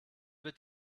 wird